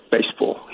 Baseball